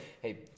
hey